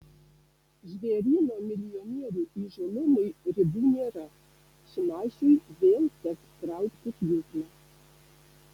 žvėryno milijonierių įžūlumui ribų nėra šimašiui vėl teks traukti pjūklą